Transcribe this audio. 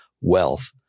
wealth